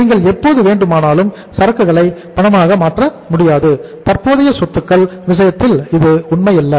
நீங்கள் எப்போது வேண்டுமானாலும் சரக்குகளை பணமாக மாற்ற முடியாது தற்போதைய சொத்துக்கள் விஷயத்தில் இது உண்மையல்ல